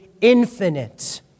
infinite